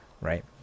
right